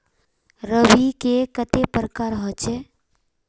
रवि के कते प्रकार होचे?